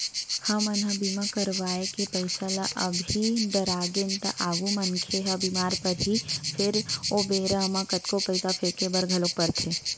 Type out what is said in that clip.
हमन ह बीमा करवाय के पईसा ल अभी डरागेन त आगु मनखे ह बीमार परही फेर ओ बेरा म कतको पईसा फेके बर घलोक परथे